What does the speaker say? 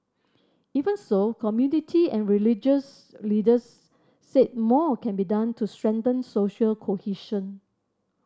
even so community and religious leaders said more can be done to strengthen social cohesion